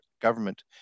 government